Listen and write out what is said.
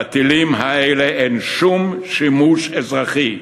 לטילים האלה אין שום שימוש אזרחי,